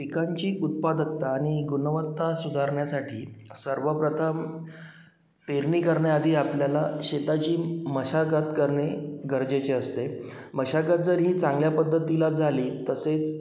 पिकांची उत्पादकता आणि गुणवत्ता सुधारण्यासाठी सर्वप्रथम पेरणी करण्याआधी आपल्याला शेताची मशागत करणे गरजेचे असते मशागत जर ही चांगल्या पद्धतीला झाली तसेच